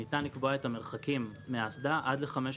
ניתן לקבוע את המרחקים מהאסדה על ל-500